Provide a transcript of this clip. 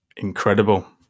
Incredible